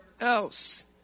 else